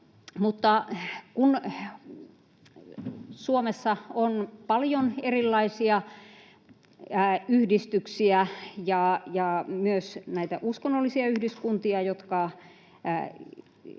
Suomessa on paljon erilaisia yhdistyksiä ja myös näitä uskonnollisia yhdyskuntia, jotka